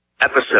episode